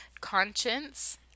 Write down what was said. conscience